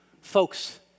folks